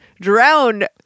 drowned